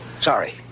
sorry